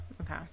Okay